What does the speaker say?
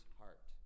heart